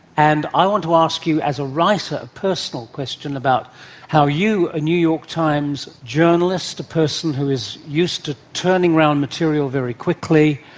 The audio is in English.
and i want to ask you, as a writer, a personal question about how you, a new york times journalist, a person who is used to turning around material very quickly,